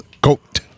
goat